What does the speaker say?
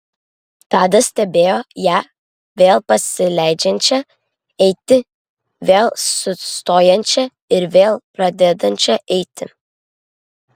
tada stebėjo ją vėl pasileidžiančią eiti vėl sustojančią ir vėl pradedančią eiti